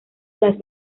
las